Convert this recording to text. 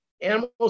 animals